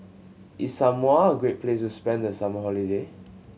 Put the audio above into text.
is Samoa a great place to spend the summer holiday